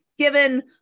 given